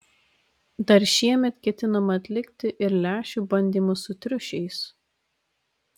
dar šiemet ketinama atlikti ir lęšių bandymus su triušiais